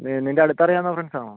നി നിൻ്റെ അടുത്തറിയാവുന്ന ഫ്രണ്ട്സ് ആണോ